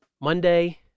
Monday